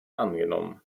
angenommen